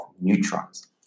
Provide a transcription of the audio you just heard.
neutrons